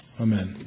Amen